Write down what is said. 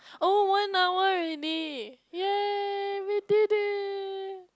oh one hour already yay we did it